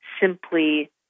simply